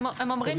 אני אגיד,